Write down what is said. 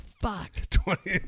fuck